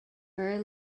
very